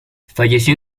falleció